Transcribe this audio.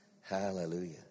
Hallelujah